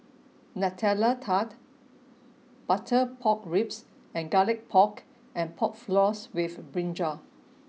Nutella Tart butter pork ribs and garlic pork and pork floss with brinjal